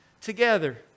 together